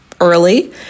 early